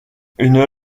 une